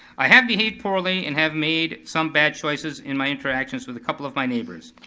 i have behaved poorly and have made some bad choices in my interactions with a couple of my neighbors.